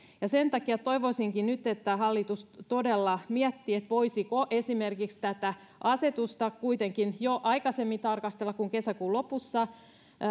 sen takia toivoisinkin nyt että hallitus todella miettii voisiko esimerkiksi tätä asetusta kuitenkin tarkastella jo aikaisemmin kuin viimeistään kesäkuun lopussa